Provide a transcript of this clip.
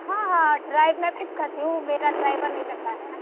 हाँ हाँ ड्राइब मैं ख़ुद करती हूँ मेरा ड्राईवर नहीं करता है